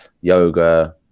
yoga